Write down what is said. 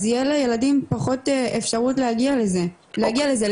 יהיה לילדים יותר אפשרות להגיע לזה לבד.